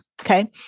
Okay